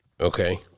Okay